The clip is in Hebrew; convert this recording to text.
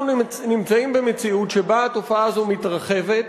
אנחנו נמצאים במציאות שבה התופעה הזאת מתרחבת,